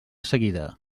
seguida